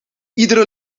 iedere